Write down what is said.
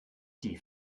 die